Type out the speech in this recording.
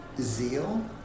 zeal